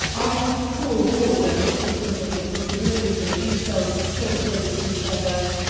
art a poor warder not to think of the possibilities in two cells so close to each other.